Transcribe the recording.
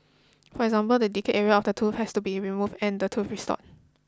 for example the decayed area of the tooth has to be removed and the tooth restored